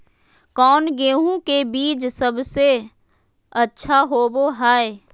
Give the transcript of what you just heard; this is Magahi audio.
कौन गेंहू के बीज सबेसे अच्छा होबो हाय?